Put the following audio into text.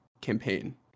campaign